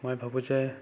মই ভাবোঁ যে